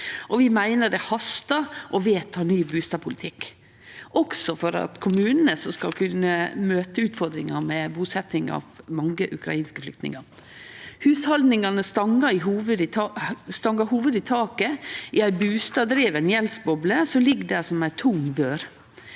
vi meiner det hastar med å vedta ny bustadpolitikk, også for kommunane, som skal kunne møte utfordringa med busetjing av mange ukrainske flyktningar. Hushaldningane stangar hovudet i taket i ei bustaddriven gjeldsboble som ligg der som ei tung bør.